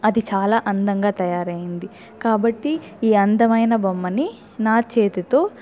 అది చాలా అందంగా తయారైంది కాబట్టి ఈ అందమైన బొమ్మని నా చేతితో